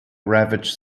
ravaged